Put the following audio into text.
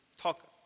talk